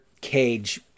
cage